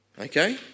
Okay